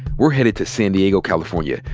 we're headed to san diego, california,